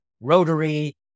Rotary